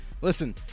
Listen